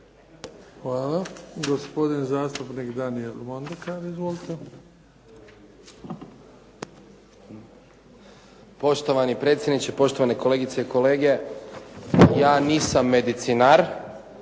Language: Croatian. Hvala. Gospodin zastupnik Daniel Mondekar. Izvolite. **Mondekar, Daniel (SDP)** Poštovani predsjedniče, poštovane kolegice i kolege. Ja nisam medicinar,